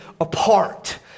apart